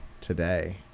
today